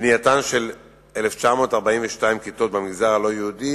בנייתן של 1,942 כיתות במגזר הלא-יהודי